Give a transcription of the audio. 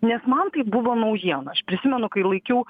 nes man tai buvo naujiena aš prisimenu kai laikiau